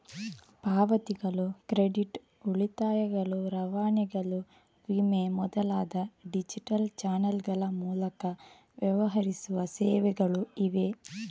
ಪಾವತಿಗಳು, ಕ್ರೆಡಿಟ್, ಉಳಿತಾಯಗಳು, ರವಾನೆಗಳು, ವಿಮೆ ಮೊದಲಾದ ಡಿಜಿಟಲ್ ಚಾನಲ್ಗಳ ಮೂಲಕ ವ್ಯವಹರಿಸುವ ಸೇವೆಗಳು ಇವೆ